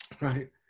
right